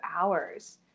hours